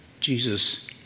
Jesus